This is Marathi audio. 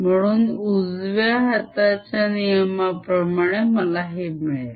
म्हणून उजव्या हाताच्या नियमाप्रमाणे मला हे मिळेल